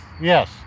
yes